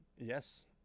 Yes